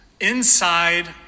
inside